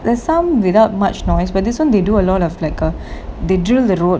there's some without much noise but this [one] they do a lot of like a they drill the road